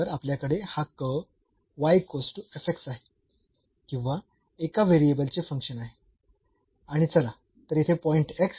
तर आपल्याकडे हा कर्व्ह आहे किंवा एका व्हेरिएबल चे फंक्शन आहे आणि चला तर येथे पॉईंट आणि घेऊ